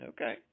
Okay